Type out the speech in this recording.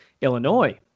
Illinois